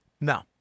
No